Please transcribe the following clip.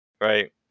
right